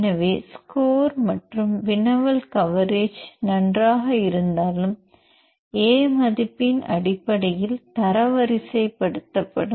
எனவே ஸ்கோர் மற்றும் வினவல் கவரேஜ் நன்றாக இருந்தாலும் A மதிப்பின் அடிப்படையில் தரவரிசைப்படுத்தப் படும்